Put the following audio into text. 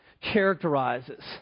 characterizes